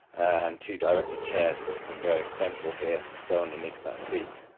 and two director chairs that can go centrally here, and stow underneath that seat,